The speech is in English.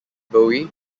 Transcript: bowie